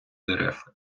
дерев